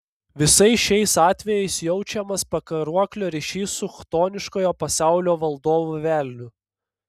visais šiais atvejais jaučiamas pakaruoklio ryšys su chtoniškojo pasaulio valdovu velniu